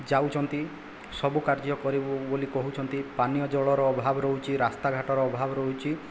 ଯାଉଛନ୍ତି ସବୁ କାର୍ଯ୍ୟ କରିବୁ ବୋଲି କହୁଛନ୍ତି ପାନୀୟ ଜଳର ଅଭାବ ରହୁଛି ରାସ୍ତାଘାଟର ଅଭାବ ରହୁଛି